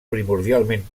primordialment